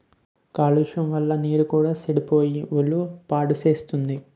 కాలుష్యం వల్ల నీరు కూడా సెడిపోయి ఒళ్ళు పాడుసేత్తుంది